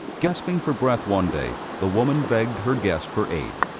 gasping for breath one day, the woman begged her guest for aid.